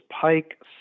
pike